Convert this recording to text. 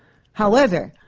however,